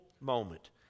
moment